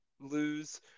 lose